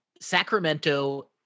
Sacramento